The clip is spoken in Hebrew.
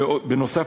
בנוסף,